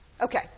Okay